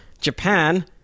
Japan